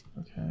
Okay